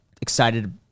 excited